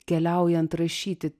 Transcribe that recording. keliaujant rašyti